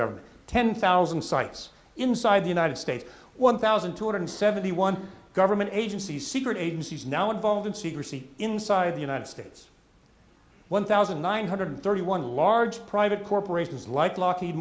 government ten thousand sites inside the united states one thousand two hundred seventy one government agencies secret agencies now involved in secrecy inside the united states one thousand nine hundred thirty one large private corporations like lockheed